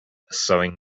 sewing